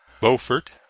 beaufort